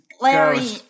Larry